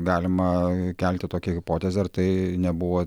galima kelti tokią hipotezę ar tai nebuvo